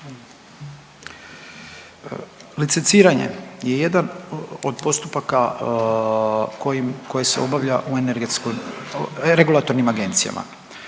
Licenciranje je jedan od postupaka kojim, koji se obavlja u energetskom, regulatornim agencijama.